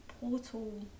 portal